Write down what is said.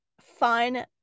fun